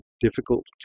difficult